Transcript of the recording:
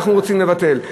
אנחנו רוצים לבטל.